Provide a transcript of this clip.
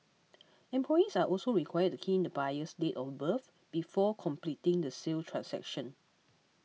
employees are also required to key in the buyer's date of birth before completing the sale transaction